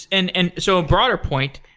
and and so broader point,